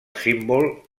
símbol